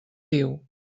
diu